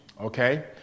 Okay